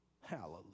Hallelujah